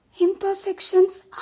Imperfections